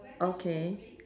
okay